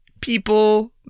people